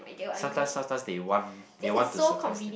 sometimes sometimes they want they want to surprise